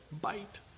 bite